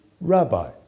rabbi